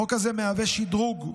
החוק הזה מהווה שדרוג,